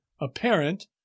apparent